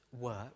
work